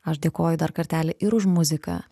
aš dėkoju dar kartelį ir už muziką